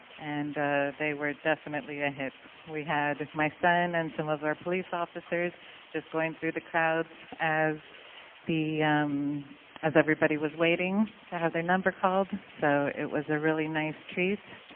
and they were definitely a hit. we had my son and some of our police officers just going through the crowds as the as everybody was waiting to have their number called, so it was a really nice treat.